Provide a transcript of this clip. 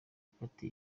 party